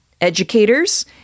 educators